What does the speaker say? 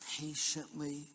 patiently